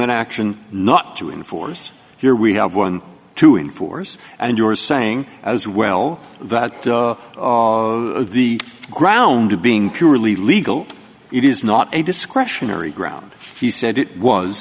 an action not to enforce your we have one to enforce and you are saying as well that the ground to being purely legal it is not a discretionary ground he said it was